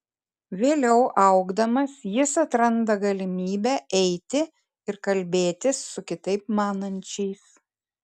vėliau augdamas jis atranda galimybę eiti ir kalbėtis su kitaip manančiais